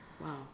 Wow